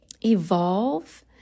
evolve